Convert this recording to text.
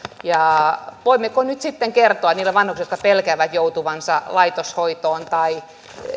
voimmeko nyt sitten kertoa niille vanhuksille jotka pelkäävät joutuvansa laitoshoitoon tai